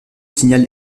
signal